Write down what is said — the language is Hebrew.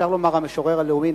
אפשר לומר המשורר הלאומי,